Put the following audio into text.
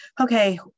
okay